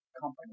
company